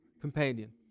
companion